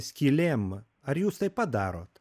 skylėm ar jūs taip pat darot